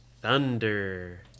thunder